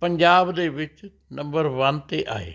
ਪੰਜਾਬ ਦੇ ਵਿੱਚ number one 'ਤੇ ਆਏ